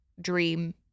dream